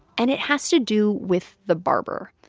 and it has to do with the barber.